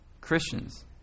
Christians